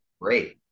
great